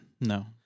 No